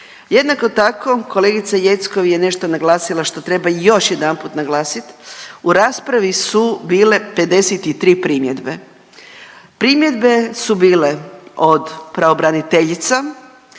Jednako tako kolegica Jeckov je nešto naglasila što treba još jedanput naglasit, u raspravi su bile 53 primjedbe. Primjedbe su bile od pravobraniteljica,